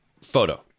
photo